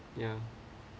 ya